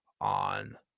on